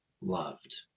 loved